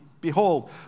Behold